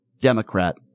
Democrat